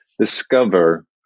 discover